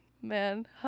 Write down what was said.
Man